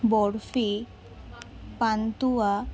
barfi pantua